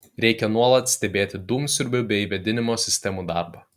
reikia nuolat stebėti dūmsiurbių bei vėdinimo sistemų darbą